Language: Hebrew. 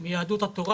את מומחית בתחום?